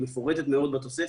היא מפורטת מאוד בתוספת.